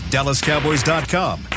DallasCowboys.com